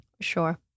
Sure